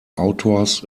autors